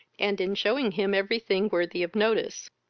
and in shewing him every thing worthy of notice.